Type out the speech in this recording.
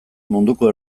munduko